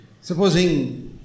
Supposing